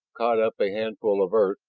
caught up a handful of earth,